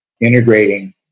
integrating